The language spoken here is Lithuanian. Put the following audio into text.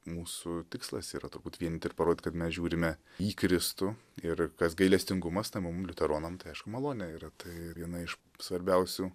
mūsų tikslas yra turbūt vienyti ir parodyt kad mes žiūrime į kristų ir kas gailestingumas tai mum liuteronam tai aišku malonė yra tai viena iš svarbiausių